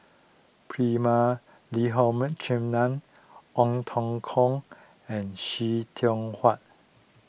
Prema Ong Teng Koon and See Tiong Wah